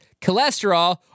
Cholesterol